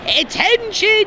attention